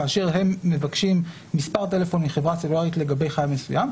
כאשר הם מבקשים מספר טלפון מחברה סלולרית לגבי חייב מסוים,